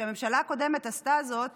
כשהממשלה הקודמת עשתה זאת